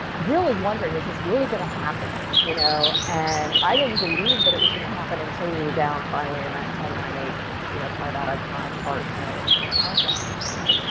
really wondering, is this really going to happen? you know, and i didn't believe that it was gonna happen until we were down finally in that ten, nine, eight. you know, kind of that iconic part of a countdown. yeah.